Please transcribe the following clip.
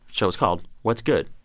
show is called what's good,